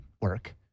work